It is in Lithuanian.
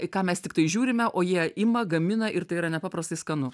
į ką mes tiktai žiūrime o jie ima gamina ir tai yra nepaprastai skanu